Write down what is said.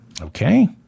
Okay